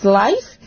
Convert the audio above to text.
life